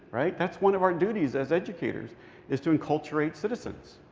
right? that's one of our duties as educators is to enculturate citizens.